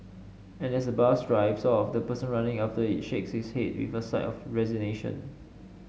and as the bus drives off the person running after it shakes his head with a sigh of resignation